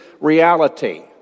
reality